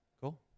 Cool